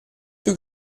più